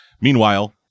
Meanwhile